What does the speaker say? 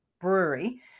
brewery